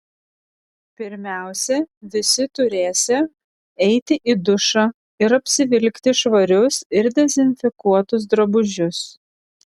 pirmiausia visi turėsią eiti į dušą ir apsivilkti švarius ir dezinfekuotus drabužius